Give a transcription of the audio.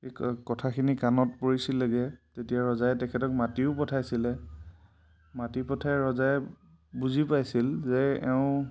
এই কথাখিনি কাণত পৰিছিলগৈ তেতিয়া ৰজাই তেখেতক মাতিও পঠাইছিলে মাতি পঠিয়াই ৰজাই বুজি পাইছিল যে এওঁ